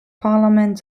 parlament